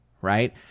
right